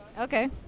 Okay